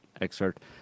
excerpt